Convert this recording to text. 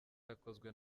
yakozwe